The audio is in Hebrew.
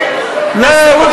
מסעוד